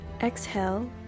Exhale